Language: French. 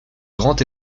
grand